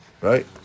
Right